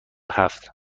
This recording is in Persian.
هفت